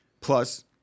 plus